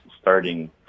starting